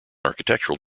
architectural